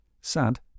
Sad